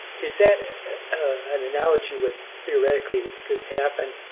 is that an analogy what theoretically could happen,